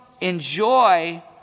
enjoy